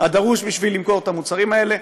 הדרוש בשביל למכור את המוצרים האלה,